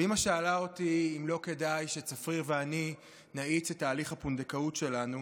ואימא שאלה אותי אם לא כדאי שצפריר ואני נאיץ את תהליך הפונדקאות שלנו